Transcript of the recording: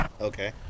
Okay